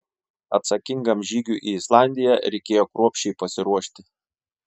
atsakingam žygiui į islandiją reikėjo kruopščiai pasiruošti